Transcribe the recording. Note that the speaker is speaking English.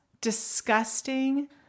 disgusting